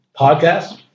podcast